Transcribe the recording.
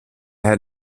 had